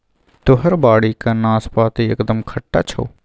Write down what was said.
तोहर बाड़ीक नाशपाती एकदम खट्टा छौ